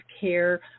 care